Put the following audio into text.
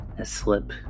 Aslip